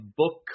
book